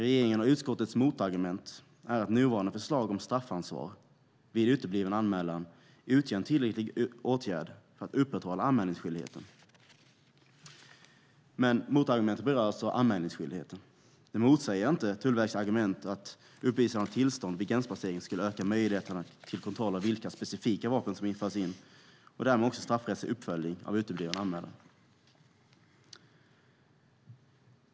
Regeringens och utskottets motargument är att nuvarande förslag om straffansvar vid utebliven anmälan utgör en tillräcklig åtgärd för att upprätthålla anmälningsskyldigheten. Motargumentet berör alltså anmälningsskyldigheten. Det motsäger inte Tullverkets argument om att uppvisande av tillstånd vid gränspassering skulle öka möjligheterna till kontroll av vilka specifika vapen som förs in och därmed också till straffrättslig uppföljning av utebliven anmälan.